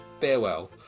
Farewell